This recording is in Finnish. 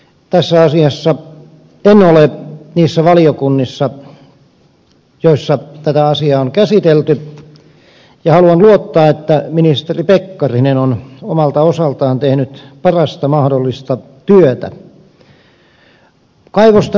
tässä asiassa en ole niissä valiokunnissa joissa tätä asiaa on käsitelty ja haluan luottaa että ministeri pekkarinen on omalta osaltaan tehnyt parasta mahdollista työtä